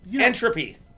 Entropy